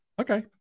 Okay